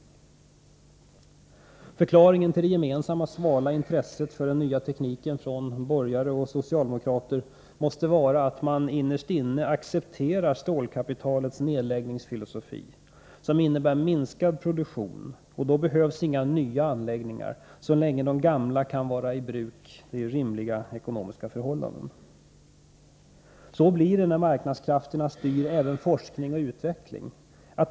Förklaringen till det gemensamma svala intresset för den nya tekniken från borgare och socialdemokrater måste vara att man innerst inne accepterar stålkapitalets nedläggningsfilosofi, som innebär minskad produktion. Då behövs inga nya anläggningar, så länge de gamla kan vara i bruk — det är ju rimliga ekonomiska förhållanden. Så blir det när marknadskrafterna styr även forskning och utveckling.